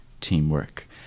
teamwork